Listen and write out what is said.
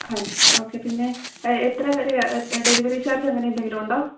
okay പിന്നെ എത്ര വരെയാണ് ഡെലിവറി ചാർജങ്ങനെ എന്തെങ്കിലും ഉണ്ടോ